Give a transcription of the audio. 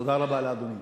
תודה רבה לאדוני.